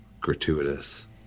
gratuitous